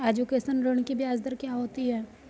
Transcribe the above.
Education ऋृण की ब्याज दर क्या होती हैं?